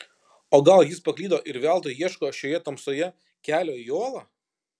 o gal jis paklydo ir veltui ieško šioje tamsoje kelio į olą